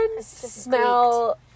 smell